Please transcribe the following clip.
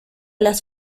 las